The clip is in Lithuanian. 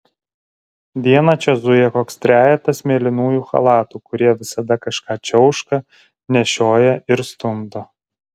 dieną čia zuja koks trejetas mėlynųjų chalatų kurie visada kažką čiauška nešioja ir stumdo